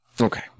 Okay